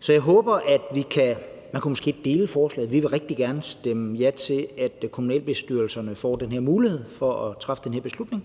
Så jeg håber, at man måske kunne opdele forslaget. Vi vil rigtig gerne stemme ja til, at kommunalbestyrelserne får mulighed for at træffe den her beslutning,